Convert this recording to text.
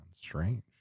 strange